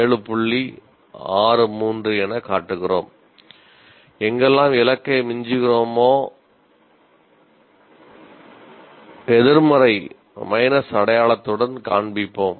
63 எனக் காட்டுகிறோம் எங்கெல்லாம் இலக்கை மிஞ்சுகிறோமோ எதிர்மறை அடையாளத்துடன் காண்பிப்போம்